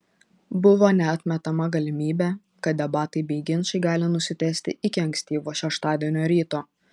buvo neatmetama galimybė kad debatai bei ginčai gali nusitęsti iki ankstyvo šeštadienio ryto